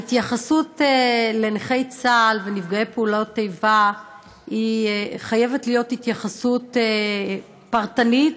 ההתייחסות לנכי צה"ל ונפגעי פעולות איבה חייבת להיות התייחסות פרטנית,